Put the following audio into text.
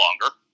longer